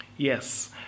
Yes